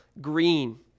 green